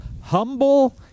humble